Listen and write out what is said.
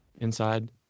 inside